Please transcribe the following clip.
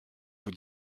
vous